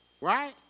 Right